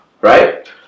right